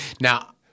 now